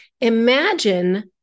imagine